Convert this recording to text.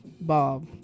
Bob